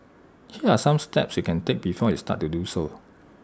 here are some steps you can take before you start to do so